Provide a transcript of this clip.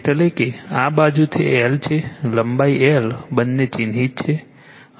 એટલે કે આ બાજુ તે L છે લંબાઈ L બંને ચિહ્નિત છે